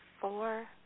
Four